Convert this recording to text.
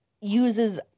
uses